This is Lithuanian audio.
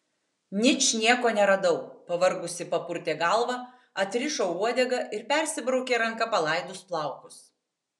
ničnieko neradau pavargusi papurtė galvą atrišo uodegą ir persibraukė ranka palaidus plaukus